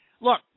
look